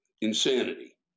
insanity